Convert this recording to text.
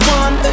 one